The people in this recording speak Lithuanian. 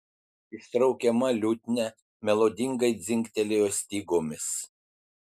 ištraukiama liutnia melodingai dzingtelėjo stygomis